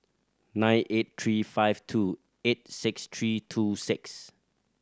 nine eight three five two eight six three two six